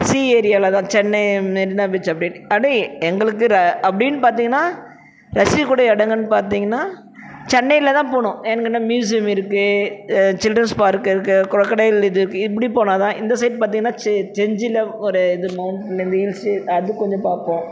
Xi ஏரியாவிலதான் Chennai Marina beach அப்படி அப்படி எங்களுக்கு ர அப்படின்னு பார்த்தீங்கன்னா ரசிக்கக்கூடிய இடங்கள்னு பார்த்தீங்கன்னா சென்னையில்தான் போகணும் எங்கனா மியூசியம் இருக்குது சில்ட்ரன்ஸ் பார்க் இருக்குது க்ரொக்கடைல் இது இருக்குது இப்படி போனால்தான் இந்த சைட் பார்த்தீங்கன்னா செ செஞ்சியில ஒரு இது என்ன இந்த இந்த ஹில்ஸ் அது கொஞ்சம் பார்ப்போம்